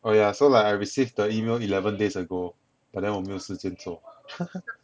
oh ya so like I received the email eleven days ago but then 我没有时间做